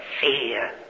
fear